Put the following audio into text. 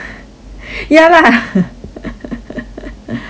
ya lah what the heck